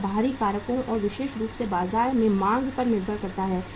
यह बाहरी कारकों और विशेष रूप से बाजार में मांग पर निर्भर करता है